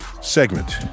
segment